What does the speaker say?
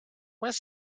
was